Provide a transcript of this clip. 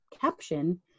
caption